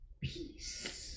peace